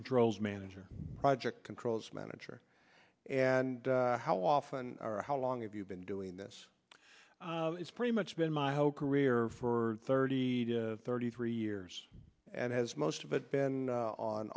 controls manager project controls manager and how often how long have you been doing this it's pretty much been my whole career for thirty to thirty three years and has most of it been